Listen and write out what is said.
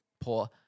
poor